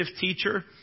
teacher